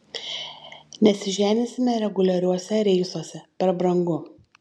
nesiženysime reguliariuose reisuose per brangu